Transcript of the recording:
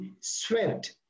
swept